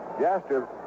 Jaster